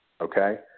Okay